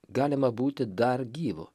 galima būti dar gyvu